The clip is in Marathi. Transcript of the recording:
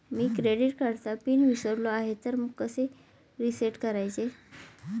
मी क्रेडिट कार्डचा पिन विसरलो आहे तर कसे रीसेट करायचे?